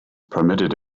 permitted